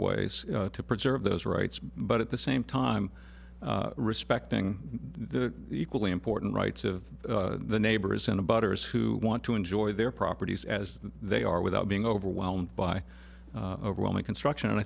ways to preserve those rights but at the same time respecting the equally important rights of the neighbors in a butters who want to enjoy their properties as they are without being overwhelmed by overwhelming construction and i